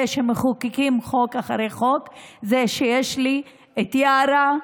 שמחוקקים בו חוק אחרי חוק זה שיש לי את יארא,